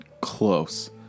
Close